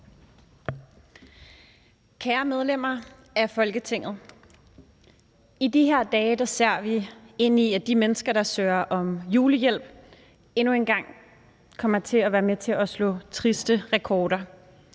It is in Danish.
Kære medlemmer af Folketinget, i de her dage ser vi ind i, at de mennesker, der søger om julehjælp, endnu en gang kommer til at være med til at slå triste rekorder.